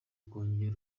kongera